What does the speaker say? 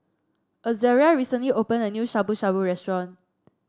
Azaria recently open a new Shabu Shabu Restaurant